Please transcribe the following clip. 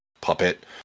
puppet